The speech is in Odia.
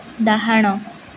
ଡାହାଣ